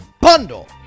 bundle